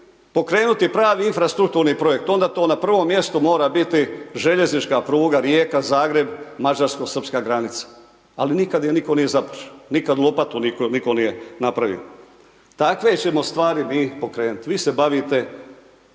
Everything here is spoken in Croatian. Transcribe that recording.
pokrenuti pravi infrastrukturni projekt, onda to na prvom mjestu mora biti željeznička pruga Rijeka-Zagreb, mađarsko-srpska granica, ali nikad je nitko nije započeo, nikad lopatu nitko nije napravio, takve ćemo stvari mi pokrenuti, vi se bavite